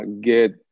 get